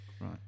right